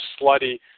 slutty